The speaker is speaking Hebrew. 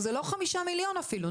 זה לא 5 מיליון שקלים.